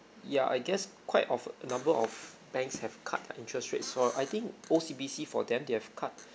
ya I guess quite of a number of banks have cut their interest rates for I think O_C_B_C for them they have cut